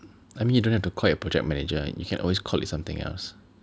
I mean you don't have to call it project manager you can always call it something else